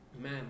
man